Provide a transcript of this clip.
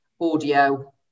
audio